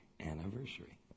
anniversary